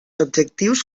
objectius